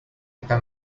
esta